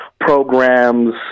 programs